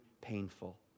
painful